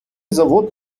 завод